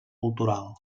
cultural